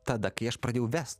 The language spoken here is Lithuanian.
tada kai aš pradėjau vest